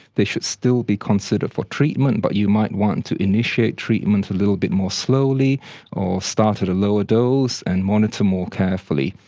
they should still be considered for treatment but you might want to initiate treatment little bit more slowly or start at a lower dose and monitor more carefully.